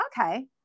okay